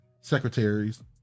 secretaries